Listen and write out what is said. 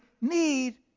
need